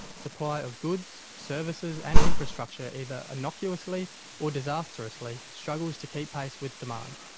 supply of goods, services and infrastructure, either innocuously or disastrously, struggles to keep pace with demand.